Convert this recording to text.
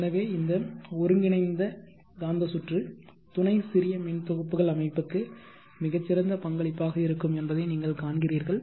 எனவே இந்த ஒருங்கிணைந்த காந்த சுற்று துணை சிறியமின்தொகுப்புகள் அமைப்புக்கு மிகச் சிறந்த பங்களிப்பாக இருக்கும் என்பதை நீங்கள் காண்கிறீர்கள்